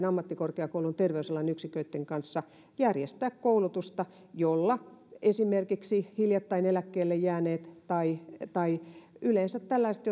ammattikorkeakoulujen terveysalan yksiköitten kanssa järjestää koulutusta jolla esimerkiksi hiljattain eläkkeelle jääneet tai tai yleensä tällaiset